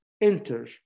enter